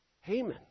Haman